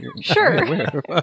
Sure